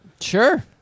sure